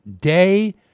day